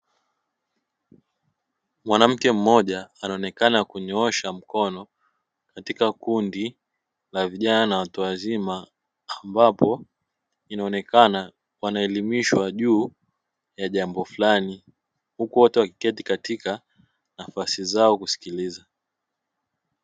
Mwanamke mmoja anaonekana kunyoosha mkono katika kundi la vijana na watu wazima ambapo inaonekana wanaelimishwa juu ya jambo fulani, huku wote wakiketi katika nafasi zao kusikiliza.